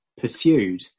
pursued